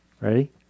Ready